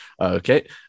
Okay